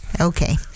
Okay